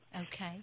Okay